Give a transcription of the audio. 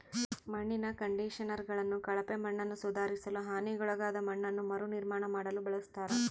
ಮಣ್ಣಿನ ಕಂಡಿಷನರ್ಗಳನ್ನು ಕಳಪೆ ಮಣ್ಣನ್ನುಸುಧಾರಿಸಲು ಹಾನಿಗೊಳಗಾದ ಮಣ್ಣನ್ನು ಮರುನಿರ್ಮಾಣ ಮಾಡಲು ಬಳಸ್ತರ